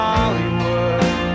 Hollywood